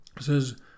says